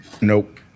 Nope